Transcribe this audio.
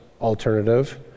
alternative